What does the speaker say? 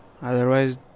otherwise